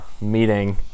meeting